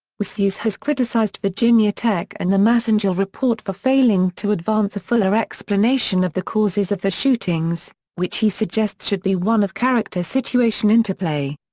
westhues has criticized virginia tech and the massengill report for failing to advance a fuller explanation of the causes of the shootings, which he suggests should be one of character-situation interplay.